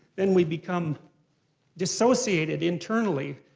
then we become dissociated internally.